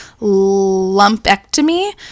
lumpectomy